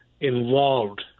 involved